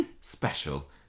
special